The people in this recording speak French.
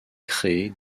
crée